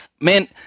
Man